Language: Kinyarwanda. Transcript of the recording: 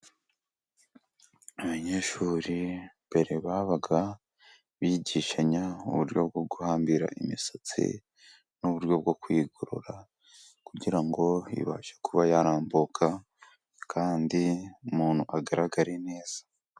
Abanyeshuri mbere babaga bigishanya uburyo bwo guhambira imisatsi n'uburyo bwo kwigorora kugira ngo ibashe kuba yarambuka kandi umuntu agaragare neza.